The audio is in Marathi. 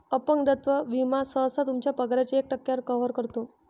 अपंगत्व विमा सहसा तुमच्या पगाराच्या एक टक्के कव्हर करतो